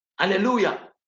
Hallelujah